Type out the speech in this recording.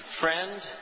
friend